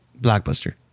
Blockbuster